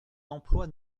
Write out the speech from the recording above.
d’emploi